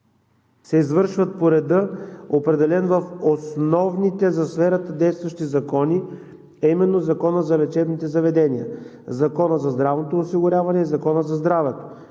се извършват по реда, определен в основните за сферата действащи закони, а именно Закона за лечебните заведения, Закона за здравното осигуряване и Закона за здравето.